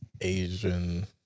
Asian